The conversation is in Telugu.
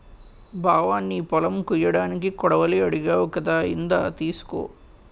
బావా నీ పొలం కొయ్యడానికి కొడవలి అడిగావ్ కదా ఇందా తీసుకో